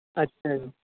ਅੱਛਾ ਜੀ